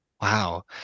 Wow